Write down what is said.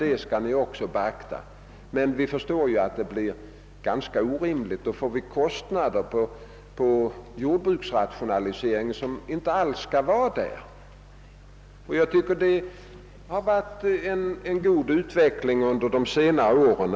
Detta leder emellertid till orimligheter. Jordbruksrationaliseringen drabbas av kostnader som inte alls hör dit. Utvecklingen har ändå varit god under senare år.